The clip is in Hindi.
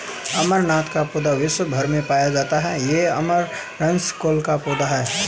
अमरनाथ का पौधा विश्व् भर में पाया जाता है ये अमरंथस कुल का पौधा है